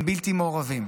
הם בלתי מעורבים.